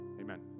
Amen